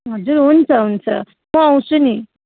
हजुर हुन्छ हुन्छ म आउँछु नि